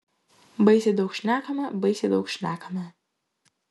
baisiai daug šnekame baisiai daug šnekame